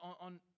on